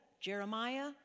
Jeremiah